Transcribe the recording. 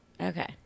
Okay